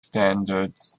standards